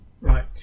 Right